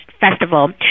Festival